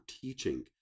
teaching